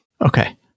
Okay